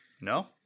no